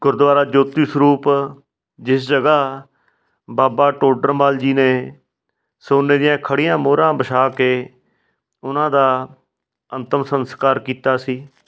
ਗੁਰਦੁਆਰਾ ਜੋਤੀ ਸਰੂਪ ਜਿਸ ਜਗ੍ਹਾ ਬਾਬਾ ਟੋਡਰ ਮੱਲ ਜੀ ਨੇ ਸੋਨੇ ਦੀਆਂ ਖੜੀਆਂ ਮੋਹਰਾਂ ਵਿਛਾ ਕੇ ਉਹਨਾਂ ਦਾ ਅੰਤਿਮ ਸੰਸਕਾਰ ਕੀਤਾ ਸੀ